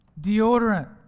Deodorant